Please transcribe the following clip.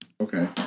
Okay